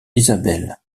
isabel